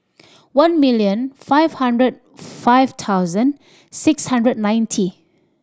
one million five hundred five thousand six hundred ninety